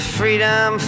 freedom